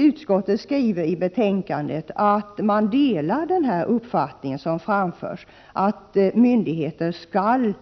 Utskottet skriver i betänkandet att man delar den uppfattning som framförs, dvs. att myndigheter skall